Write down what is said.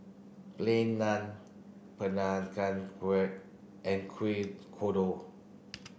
Plain Naan Peranakan Kueh and Kuih Kodok